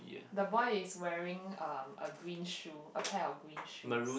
the boy is wearing um a green shoe a pair of green shoes